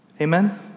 Amen